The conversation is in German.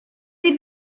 sie